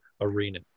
arena